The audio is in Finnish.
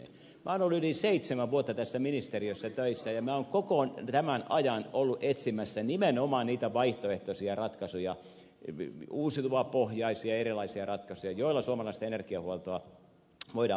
minä olen ollut yli seitsemän vuotta tässä ministeriössä töissä ja minä olen koko tämän ajan ollut etsimässä nimenomaan niitä vaihtoehtoisia ratkaisuja uusiutuvapohjaisia erilaisia ratkaisuja joilla suomalaista energiahuoltoa voidaan hoitaa